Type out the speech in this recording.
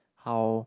how